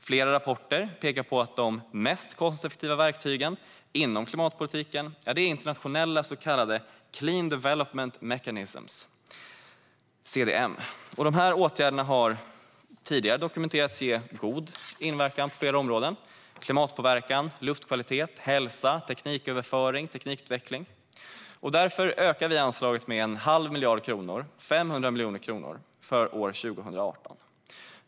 Flera rapporter pekar på att de mest kostnadseffektiva verktygen inom klimatpolitiken är internationella så kallade clean development mechanisms, CDM. Dessa åtgärder har tidigare dokumenterats ha god inverkan på flera områden, till exempel klimatpåverkan, luftkvalitet och hälsa samt tekniköverföring och teknikutveckling. Därför ökar vi anslaget med en halv miljard kronor - alltså 500 miljoner kronor - för år 2018.